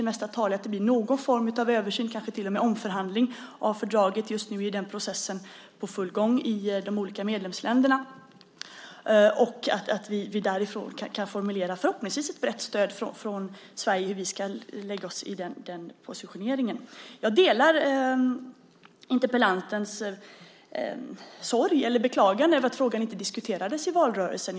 Det mesta talar för att det blir någon form av översyn, kanske till och med omförhandling, av fördraget. Just nu är den processen i full gång i de olika medlemsländerna. Därifrån kan vi förhoppningsvis formulera, med ett brett stöd från Sverige, hur vi ska positionera oss. Jag delar interpellantens beklagande av att frågan inte diskuterades i valrörelsen.